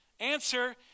answer